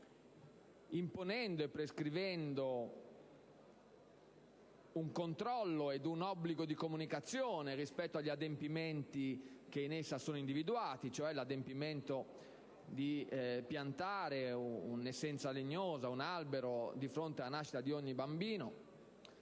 imponendo e prescrivendo un controllo e un obbligo di comunicazione rispetto agli adempimenti che in essa sono individuati, cioè l'adempimento di piantare un'essenza legnosa, un albero, in occasione della nascita di ogni bambino.